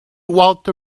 walter